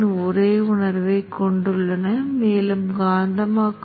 நீங்கள் அதை கட்டரில் ஆவணப்படுத்த விரும்பும் போது இது மிகவும் பயனுள்ளதாக இருக்கும்